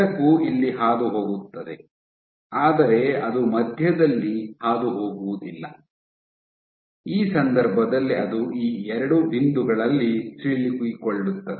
ಬೆಳಕು ಇಲ್ಲಿ ಹಾದುಹೋಗುತ್ತದೆ ಆದರೆ ಅದು ಮಧ್ಯದಲ್ಲಿ ಹಾದುಹೋಗುವುದಿಲ್ಲ ಈ ಸಂದರ್ಭದಲ್ಲಿ ಅದು ಈ ಎರಡು ಬಿಂದುಗಳಲ್ಲಿ ಸಿಲುಕಿಕೊಳ್ಳುತ್ತದೆ